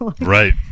Right